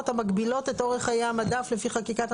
המגבילות את אורך חיי המדף לפי חקיקת המזון?